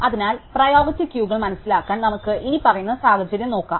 അതിനാൽ പ്രിയോറിറ്റി ക്യൂകൾ മനസിലാക്കാൻ നമുക്ക് ഇനിപ്പറയുന്ന സാഹചര്യം നോക്കാം